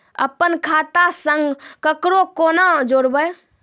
अपन खाता संग ककरो कूना जोडवै?